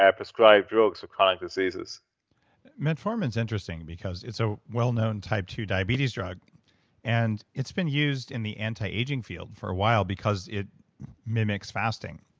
yeah prescribed drugs for chronic diseases metformin is interesting because it's a well known type ii diabetes drug and it's been used in the antiaging field for a while because it mimics fasting.